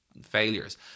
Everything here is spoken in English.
failures